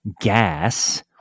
gas